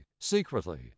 secretly